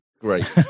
Great